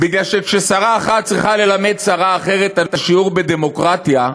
בגלל שכששרה אחת צריכה ללמד שרה אחרת שיעור בדמוקרטיה,